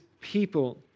people